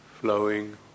flowing